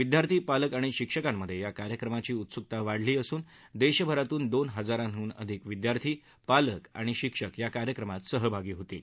विद्यार्थी पालक आणि शिक्षकांमध्ये या कार्यक्रमाची उत्सुकता वाढली असून देशभरातून दोन हजारांडून अधिक विद्यार्थी पालक आणि शिक्षक या कार्यक्रमात सहभागी होणार आहेत